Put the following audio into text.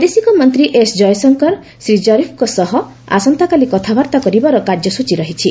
ବୈଦେଶିକ ମନ୍ତ୍ରୀ ଏସ୍ ଜୟଶଙ୍କର ଶ୍ରୀ ଜରିଫ୍ଙ୍କ ସହ ଆସନ୍ତାକାଲି କଥାବାର୍ତ୍ତା କରିବାର କାର୍ଯ୍ୟସୂଚୀ ରହିଛି